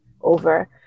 over